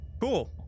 cool